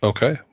Okay